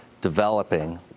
developing